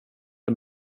det